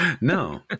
No